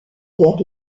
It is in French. vers